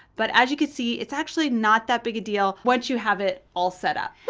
but as you can see, it's actually not that big a deal once you have it all set up.